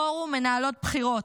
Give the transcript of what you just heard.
פורום מנהלות בכירות,